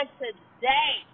today